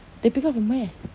they pick up from where